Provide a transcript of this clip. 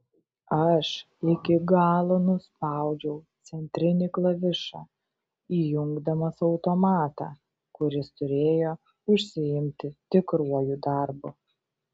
aš iki galo nuspaudžiau centrinį klavišą įjungdamas automatą kuris turėjo užsiimti tikruoju darbu